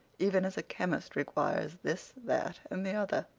even as a chemist requires this, that, and the other.